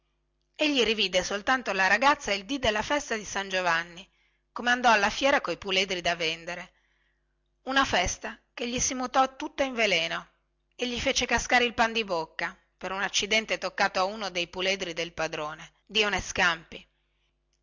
ponticello egli rivide soltanto la ragazza il dì della festa di san giovanni come andò alla fiera coi puledri da vendere una festa che gli si mutò tutta in veleno e gli fece cascar il pan di bocca per un accidente toccato ad uno dei puledri del padrone dio ne scampi